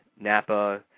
Napa